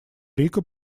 рика